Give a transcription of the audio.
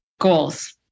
Goals